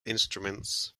instruments